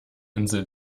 insel